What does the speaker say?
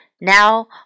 now